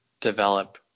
develop